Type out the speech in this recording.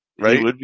Right